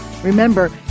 Remember